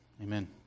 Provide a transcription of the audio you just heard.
Amen